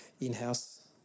in-house